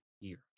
years